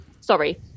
sorry